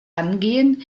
angehen